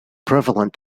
prevalent